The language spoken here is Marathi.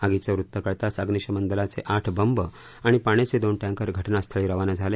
आगीच वृत्त कळताच अग्निशमन दलाचे आठ बंब आणि पाण्याचे दोन टँकर घटनास्थळी रवाना झाले